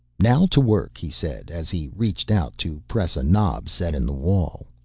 now to work, he said, as he reached out to press a knob set in the wall.